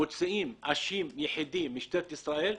מפנים אצבע מאשימה כלפי משטרת ישראל בלבד,